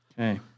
Okay